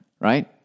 Right